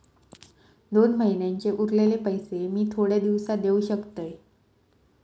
दोन महिन्यांचे उरलेले पैशे मी थोड्या दिवसा देव शकतय?